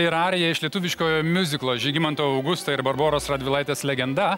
ir ariją iš lietuviškojo miuziklo žygimanto augusto ir barboros radvilaitės legenda